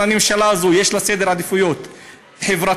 אם לממשלה הזאת יש סדר עדיפויות חברתי,